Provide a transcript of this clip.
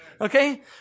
Okay